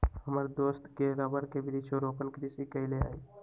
हमर दोस्त ने रबर के वृक्षारोपण कृषि कईले हई